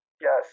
Yes